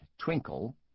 Twinkle